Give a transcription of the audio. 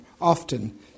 often